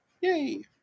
Yay